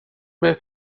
بهت